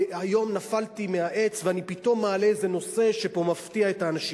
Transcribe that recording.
היום נפלתי מהעץ ואני פתאום מעלה איזה נושא שפה מפתיע את האנשים.